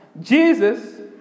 Jesus